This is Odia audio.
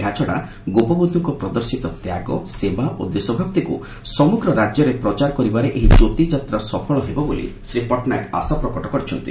ଏହାଛଡା ଗୋପବ ସେବା ଓ ଦେଶଭକ୍ତିକୁ ସମଗ୍ର ରାଜ୍ୟରେ ପ୍ରଚାର କରିବାରେ ଏହି ଜ୍ୟୋତିଯାତ୍ରା ସଫଳ ହେବ ବୋଲି ଶ୍ରୀ ପଟ୍ଟନାୟକ ଆଶାପ୍ରକଟ କରିଛନ୍ତି